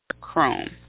Chrome